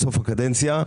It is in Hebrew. בסוף הקדנציה,